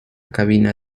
cabina